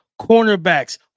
cornerbacks